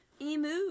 Emu